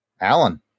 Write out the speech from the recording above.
Alan